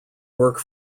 work